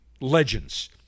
legends